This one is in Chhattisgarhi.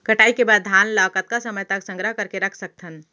कटाई के बाद धान ला कतका समय तक संग्रह करके रख सकथन?